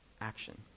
action